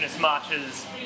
marches